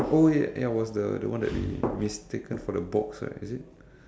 oh wait ya was the the one that we mistaken for the box ah is it